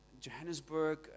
Johannesburg